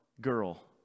girl